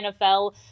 NFL